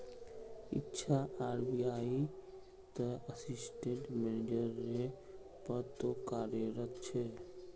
इच्छा आर.बी.आई त assistant manager रे पद तो कार्यरत छे